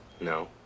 No